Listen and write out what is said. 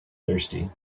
thirsty